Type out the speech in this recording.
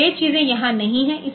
तो वे चीजें यहाँ नहीं हैं